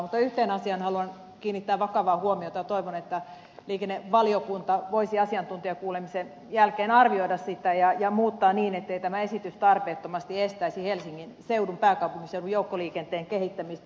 mutta yhteen asiaan haluan kiinnittää vakavaa huomiota ja toivon että liikennevaliokunta voisi asiantuntijakuulemisen jälkeen arvioida sitä ja muuttaa niin ettei tämä esitys tarpeettomasti estäisi helsingin seudun pääkaupunkiseudun joukkoliikenteen kehittämistä